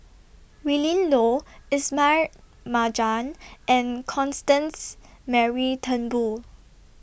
Willin Low Ismail Marjan and Constance Mary Turnbull